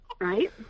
Right